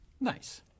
Nice